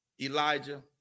Elijah